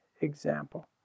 example